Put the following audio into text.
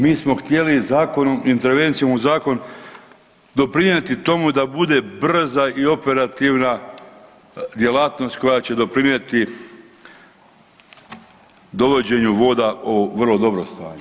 Mi smo htjeli zakonom, intervencijom u zakon doprinijeti tomu da bude brza i operativna djelatnost koja će doprinijeti dovođenju voda u vrlo dobro stanje.